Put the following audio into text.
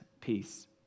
peace